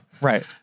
Right